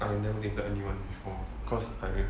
I never dated anyone before cause I